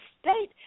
state